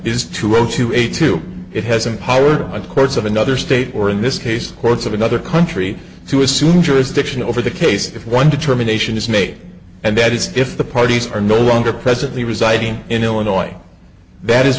is to go to a to it has empowered a courts of another state or in this case the courts of another country to assume jurisdiction over the case if one determination is made and that is if the parties are no longer presently residing in illinois that is